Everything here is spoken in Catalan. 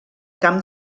camp